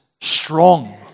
strong